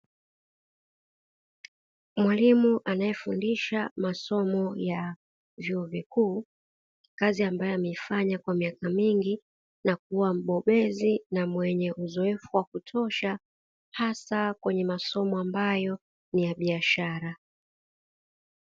Mwalimu anaefundisha masomo ya vyuo vikuu, kazi ambayo ameifanya kwa miaka mingi na kuwa mbobezi na mwenye uzoefu wa kutosha, hasa kwenye masomo ambayo ni ya biashara.